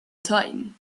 time